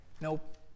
nope